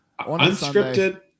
unscripted